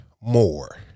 more